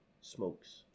smokes